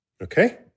Okay